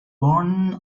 born